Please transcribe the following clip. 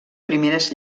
primeres